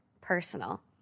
personal